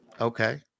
Okay